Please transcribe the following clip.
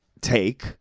take